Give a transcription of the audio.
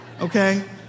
okay